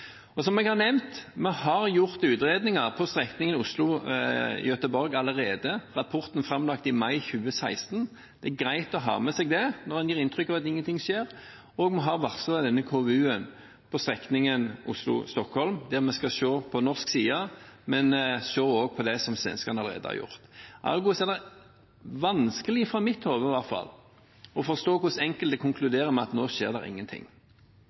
arbeidet. Som jeg har nevnt, har vi gjort utredninger på strekningen Oslo–Göteborg allerede. Rapporten ble framlagt i mai 2016. Det er greit å ha med seg når en gir inntrykk av at ingenting skjer. Vi har varslet denne KVU-en på strekningen Oslo–Stockholm, der vi skal se på norsk side og også på det svenskene allerede har gjort. Ergo er det er vanskelig – for mitt hode i alle fall – å forstå hvordan enkelte konkluderer med at nå skjer det ingenting.